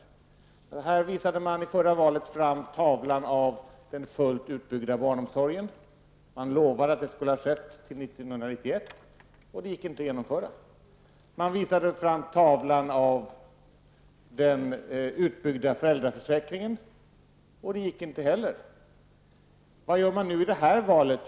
Inför förra valet visade socialdemokraterna fram tavlan av den fullt utbyggda barnomsorgen. De lovade att full behovstäckning skulle ha skett till 1991, och det gick inte att genomföra. Man visade fram tavlan av den utbyggda föräldraförsäkringen, och det gick inte heller. Vad gör man nu i det här valet?